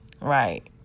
right